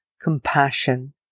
compassion